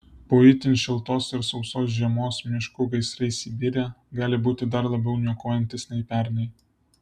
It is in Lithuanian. po itin šiltos ir sausos žiemos miškų gaisrai sibire gali būti dar labiau niokojantys nei pernai